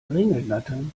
ringelnattern